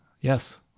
Yes